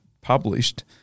published